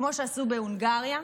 כמו שעשו בהונגריה.